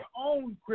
own